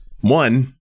one